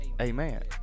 Amen